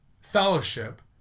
fellowship